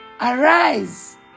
Arise